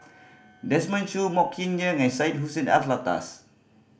Desmond Choo Mok Ying Jang and Syed Hussein Alatas